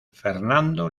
fernando